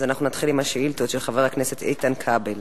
אנחנו נתחיל עם השאילתות של חבר הכנסת איתן כבל.